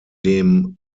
dem